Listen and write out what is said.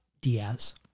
Diaz